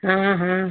हाँ हाँ